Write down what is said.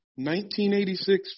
1986